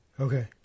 Okay